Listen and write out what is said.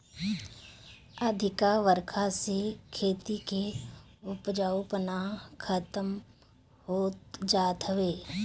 अधिका बरखा से खेती के उपजाऊपना खतम होत जात हवे